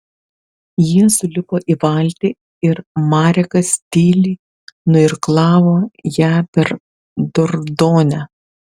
jie sulipo į valtį ir marekas tyliai nuirklavo ją per dordonę